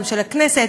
גם של הכנסת,